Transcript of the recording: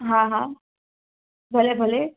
हा हा भले भले